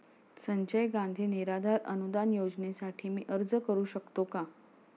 संजय गांधी निराधार अनुदान योजनेसाठी मी अर्ज करू शकतो का?